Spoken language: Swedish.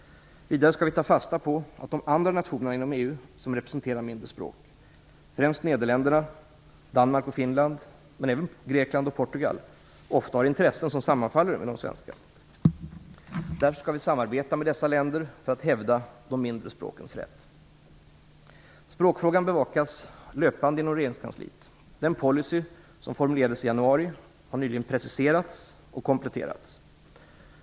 Vidare skall vi ta fasta på att de andra nationer inom EU som representerar mindre språk - främst Nederländerna, Danmark och Finland men även Grekland och Portugal - ofta har intressen som sammanfaller med de svenska. Därför skall vi samarbeta med dessa länder för att hävda de mindre språkens rätt. Språkfrågan bevakas löpande inom regeringskansliet. Den policy som formulerades i januari har nyligen preciserats och kompletterats.